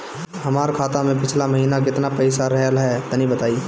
हमार खाता मे पिछला महीना केतना पईसा रहल ह तनि बताईं?